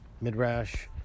Midrash